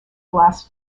glass